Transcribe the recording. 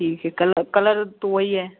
ठीक है colour colour तो वइ है